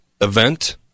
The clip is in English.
event